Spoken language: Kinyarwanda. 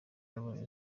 yabonye